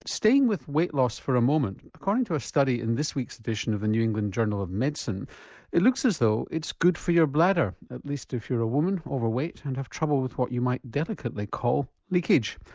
staying with weight loss for a moment, according to a study in this week's edition of the new england journal of medicine it looks as though it's good for your bladder, at least if you're a woman, overweight and have trouble with what you might delicately call leakage.